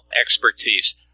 expertise